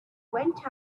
went